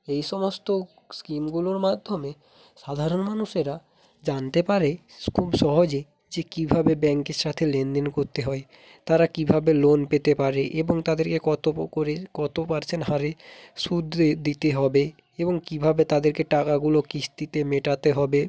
এই সমস্ত স্কিমগুলোর মাধ্যমে সাধারণ মানুষেরা জানতে পারে খুব সহজে যে কীভাবে ব্যাঙ্কের সাথে লেনদেন করতে হয় তারা কীভাবে লোন পেতে পারে এবং তাদেরকে কত করে কত পার্সেন্ট হারে সুদ দিতে হবে এবং কীভাবে তাদেরকে টাকাগুলো কিস্তিতে মেটাতে হবে